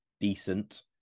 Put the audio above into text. decent